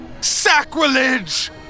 Sacrilege